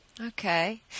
Okay